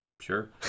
Sure